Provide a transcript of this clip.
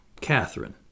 Catherine